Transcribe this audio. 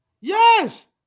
yes